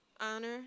honor